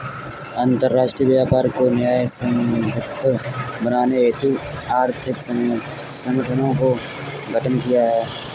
अंतरराष्ट्रीय व्यापार को न्यायसंगत बनाने हेतु आर्थिक संगठनों का गठन किया गया है